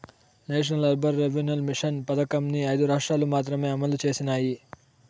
national urban renewal mission పథకంని ఐదు రాష్ట్రాలు మాత్రమే అమలు చేసినాయి